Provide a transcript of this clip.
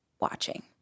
Watching